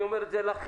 אני אומר את זה לכם